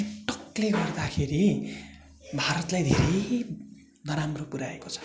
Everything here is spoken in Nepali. टिकटकले गर्दाखेरि भारतलाई धेरै नराम्रो पुऱ्याएको छ